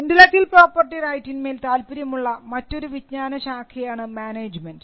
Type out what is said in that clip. intellectual property റൈറ്റിന്മേൽ താല്പര്യമുള്ള മറ്റൊരു വിജ്ഞാനശാഖയാണ് മാനേജ്മെൻറ്